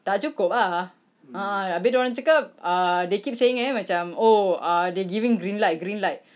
tak cukup ah ah habis dia orang cakap ah they keep saying eh macam oh ah they giving green light green light